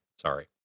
sorry